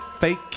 Fake